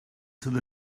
sydd